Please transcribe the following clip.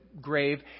grave